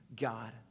God